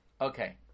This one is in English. Okay